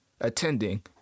attending